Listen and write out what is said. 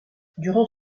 durant